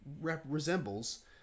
resembles